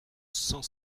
cent